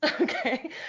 Okay